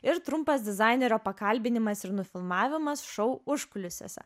ir trumpas dizainerio pakalbinimas ir nufilmavimas šou užkulisiuose